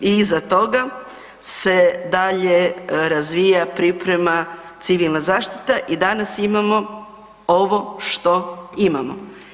I iza toga se dalje razvija, priprema Civilna zaštita i danas imamo ovo što imamo.